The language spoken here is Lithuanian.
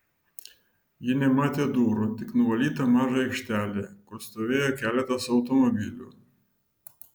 ji nematė durų tik nuvalytą mažą aikštelę kur stovėjo keletas automobilių